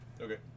Okay